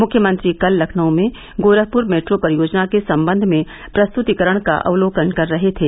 मुख्यमंत्री कल लखनऊ में गोरखपुर मेट्रो परियोजना के सम्बंध में प्रस्ततीकरण का अवलोकन कर रहे थे